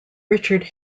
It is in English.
richard